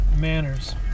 manners